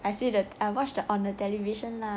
I see the I watched on a television lah then